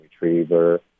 retriever